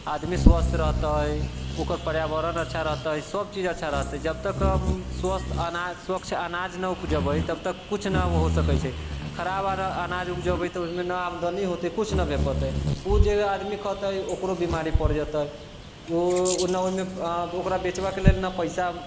आदमी स्वस्थ रहतै ओकर पर्यावरण अच्छा रहतै सब चीज अच्छा रहतै जब तक स्वस्थ अनाज स्वच्छ अनाज नहि उपजबै तब तक किछु नहि हो सकैत छै खराब अगर अनाज नहि उपजबै तऽ ओहिमे नहि आमदनी होतै किछु नहि भए पाओत ओ जे आदमी खेतै ओकरो बीमारी पड़ि जेतै ओ नहि ओहिमे ओकरा बेचबाके लेल नहि पैसा